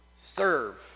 serve